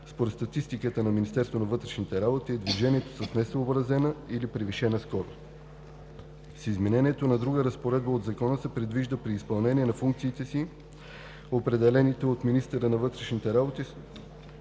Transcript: според статистиката на МВР, е движението с несъобразена или превишена скорост. С изменението на друга разпоредба от Закона се предвижда при изпълнение на функциите си, определените от министъра на вътрешните работи